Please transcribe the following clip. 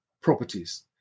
properties